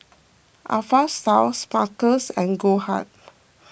Alpha Style Smuckers and Goldheart